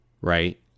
right